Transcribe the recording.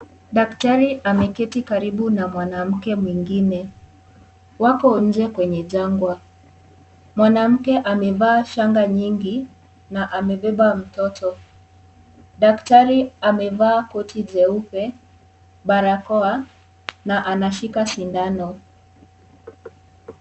Daktari ameketi karibu na mwanamke mwingine, wako nje kwenye jangwa, mwanamke amevaa shanga nyingi na amebeba mtoto, daktari amevaa koti jeupe, barakoa na anashika sindano.